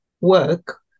work